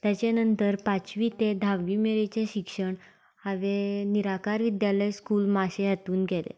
ताजे नंतर पांचवी ते धाव्वी मेरेनचें शिक्षण हांवें निराकार विद्यालय स्कूल माशें हातूंत केलें